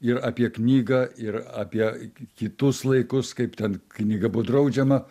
ir apie knygą ir apie kitus laikus kaip ten knyga buvo draudžiama